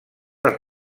als